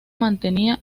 mantenía